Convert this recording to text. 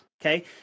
Okay